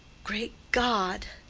great god!